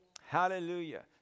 Hallelujah